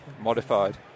modified